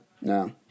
No